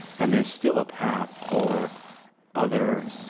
and there is still a path for other